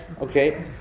Okay